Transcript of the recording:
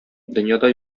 дөньяда